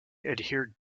adhered